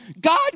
God